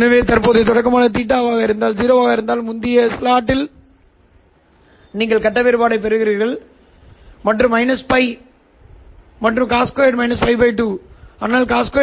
நீங்கள் பெறுவதைப் பாருங்கள் ஓக்கி புகைப்படக் கண்டுபிடிப்பாளருக்குப் பிறகு வெளியீட்டில் நீங்கள் எதைப் பெறுகிறீர்கள் என்பதைப் பாருங்கள் jELO மற்றும் பிளஸ் அடையாளம் இங்கே ஏதேனும் ஒரு உண்மையான பகுதியைக் கொண்டிருப்பதற்குப் பதிலாக எங்களுக்கு ஒரு மைனஸ் அடையாளம் கிடைக்கிறது நான் ஏன் ஒரு மைனஸ் அடையாளத்தைப் பெறுகிறேன் கப்ளரின் அளவீடுகளுக்குத் திரும்பிச் செல்லுங்கள் இந்த சொல் EsElo அதேசமயம் இந்த சொல் Es ELO